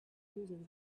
using